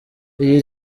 iyi